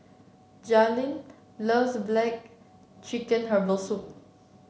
Jaylen loves black chicken Herbal Soup